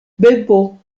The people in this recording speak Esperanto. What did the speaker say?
bebo